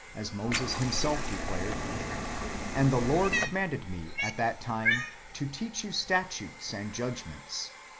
as moses himself declared and the lord commanded me at that time to teach you statutes and judgments.